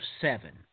seven